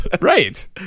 Right